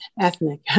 ethnic